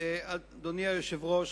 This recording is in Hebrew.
אדוני היושב-ראש,